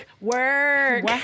work